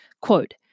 Quote